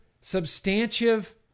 substantive